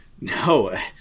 No